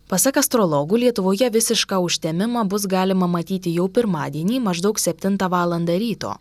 pasak astrologų lietuvoje visišką užtemimą bus galima matyti jau pirmadienį maždaug septintą valandą ryto